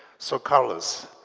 so, carlos,